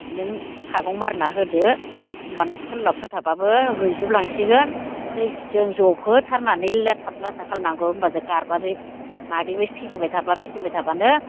नों सागं मारिना होदो होनबाना फोरलाब फोथाबबाबो रुयजुबलांसिगोन दैजों जबहोथारनानै लाथाब लाथाब खालामनांगौ होनबासो गारबाजों नाग्लिना फिदिंबाय थाबा फिदिंबाय थाबानो